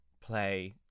play